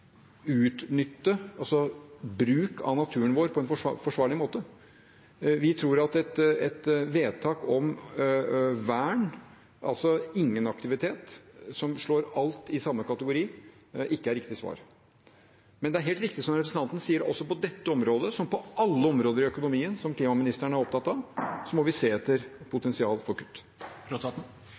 av naturen vår på en forsvarlig måte. Vi tror at et vedtak om vern, altså ingen aktivitet, som slår alt i samme kategori, ikke er riktig svar. Men det er helt riktig, som representanten sier, også på dette området, som på alle områder i økonomien som klimaministeren er opptatt av, må vi se etter potensialet for